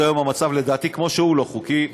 לדעתי המצב כמו שהוא היום הוא לא חוקי,